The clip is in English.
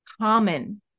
common